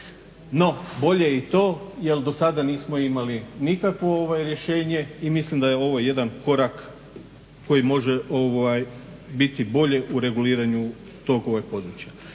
No bolje i to jer do sada nismo imali nikakvo rješenje i mislim da je ovo jedan korak koji može biti bolji u reguliranju tog područja.